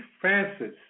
Francis